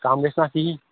کَم گژھِ نا کِہیٖنٛۍ